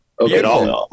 Okay